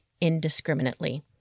indiscriminately